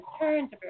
turns